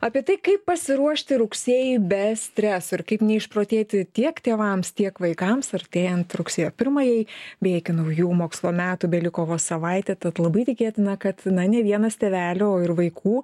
apie tai kaip pasiruošti rugsėjui be streso ir kaip neišprotėti tiek tėvams tiek vaikams artėjant rugsėjo pirmajai beje iki naujų mokslo metų beliko vos savaitė tad labai tikėtina kad na ne vienas tėvelių ir vaikų